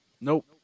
Nope